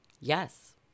yes